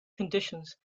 conditions